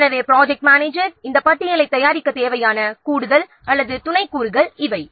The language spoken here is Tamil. எனவே இந்த பட்டியலைத் தயாரிக்க ப்ராஜெக்ட் மேனேஜருக்கு கூடுதல் அல்லது துணை கூறுகள் தேவை